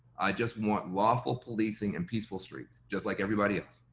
just want lawful policing and peaceful streets just like everybody.